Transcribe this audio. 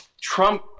Trump